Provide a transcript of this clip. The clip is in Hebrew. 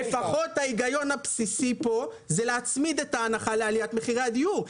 ההיגיון הבסיסי פה הוא לפחות להצמיד את ההנחה את לעליית מחירי הדיור.